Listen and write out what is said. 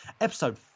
episode